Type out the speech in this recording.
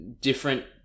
different